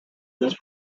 this